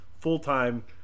full-time